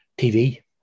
TV